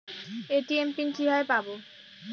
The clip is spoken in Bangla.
এ.টি.এম পিন কিভাবে পাবো?